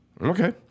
Okay